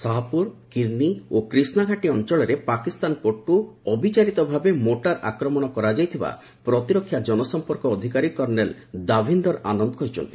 ଶାହପୁର କିର୍ଣ୍ଣି ଓ କ୍ରିଷ୍ଣା ଘାଟି ଅଞ୍ଚଳରେ ପାକିସ୍ତାନ ପଟୁ ଅବିଚାରିତ ଭାବେ ମୋର୍ଟରେ ଆକ୍ରମଣ କରାଯାଇଥିବା ପ୍ରତିରକ୍ଷା ଜନସଂପର୍କ ଅଧିକାରୀ କର୍ଣ୍ଣେଲ ଦାଭିନ୍ଦର ଆନନ୍ଦ କହିଛନ୍ତି